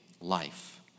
life